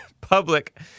public